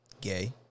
Gay